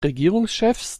regierungschefs